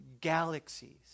galaxies